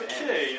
Okay